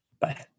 Bye